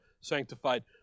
sanctified